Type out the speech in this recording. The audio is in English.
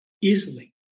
easily